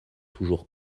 toujours